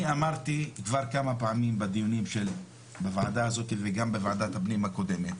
אני אמרתי כבר כמה פעמים בדיונים בוועדה הזאת וגם בוועדת הפנים הקודמת,